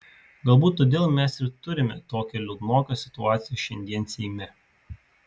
galbūt todėl mes ir turime tokią liūdnoką situaciją šiandien seime